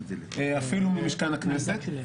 אפילו ממשכן הכנסת.